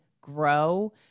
grow